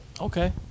Okay